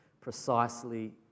precisely